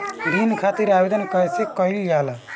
ऋण खातिर आवेदन कैसे कयील जाला?